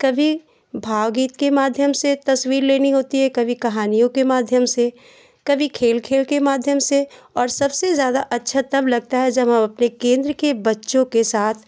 कभी भागी के माध्यम से तस्वीर लेनी होती है कभी कहानियों के माध्यम से कभी खेल खेल के माध्यम से और सबसे ज़्यादा अच्छा तब लगता है जब हम अपने केन्द्र के बच्चों के साथ